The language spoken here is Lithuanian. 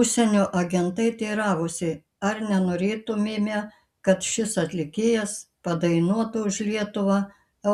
užsienio agentai teiravosi ar nenorėtumėme kad šis atlikėjas padainuotų už lietuvą